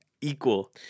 equal